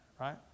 right